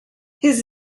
his